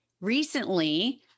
Recently